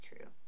true